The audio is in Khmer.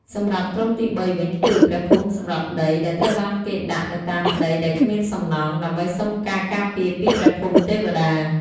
សម្រាប់ក្រុមទីបីវិញគឺ ព្រះភូមិសម្រាប់ដី ដែលត្រូវបានគេដាក់នៅតាមដីដែលគ្មានសំណង់ ដើម្បីសុំការការពារពីព្រះភូមិទេវតា។